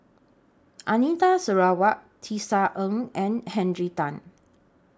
Anita Sarawak Tisa Ng and Henry Tan